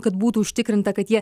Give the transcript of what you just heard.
kad būtų užtikrinta kad jie